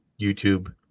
YouTube